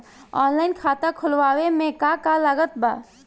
Online खाता खुलवावे मे का का लागत बा?